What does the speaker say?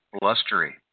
blustery